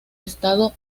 estado